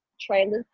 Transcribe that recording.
trailers